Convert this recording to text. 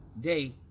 day